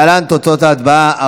להלן תוצאות ההצבעה: